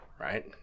right